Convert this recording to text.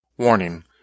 Warning